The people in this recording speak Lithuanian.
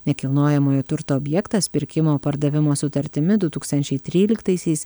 nekilnojamojo turto objektas pirkimo pardavimo sutartimi du tūkstančiai tryliktaisiais